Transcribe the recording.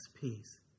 peace